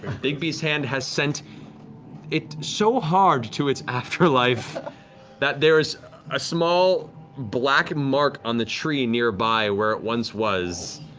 bigby's hand has sent it so hard to its afterlife that there is a small black mark on the tree nearby where it once was,